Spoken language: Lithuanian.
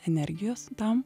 energijos tam